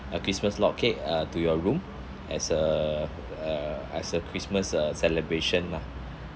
a christmas log cake uh to your room as a a as a christmas uh celebration lah